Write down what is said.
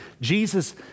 Jesus